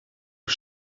aux